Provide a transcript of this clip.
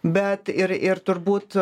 bet ir ir turbūt